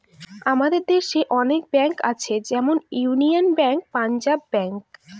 আমাদের দেশে অনেক ব্যাঙ্ক আছে যেমন ইউনিয়ান ব্যাঙ্ক, পাঞ্জাব ব্যাঙ্ক